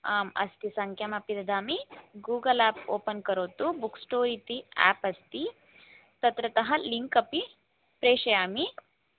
आम् अस्ति सङ्ख्यामपि ददामि गूगल् एप् ओपन् करोतु बुक् स्टोर् इति एप् अस्ति तत्रतः लिङ्क् अपि प्रेषयामि